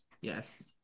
Yes